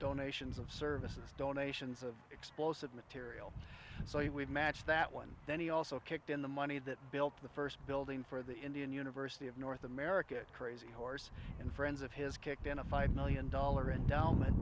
donations of services donations of explosive material so he would match that one then he also kicked in the money that built the first building for the indian university of north america crazy horse and friends of his kicked in a five million dollar endowme